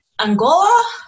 Angola